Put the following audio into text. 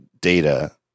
data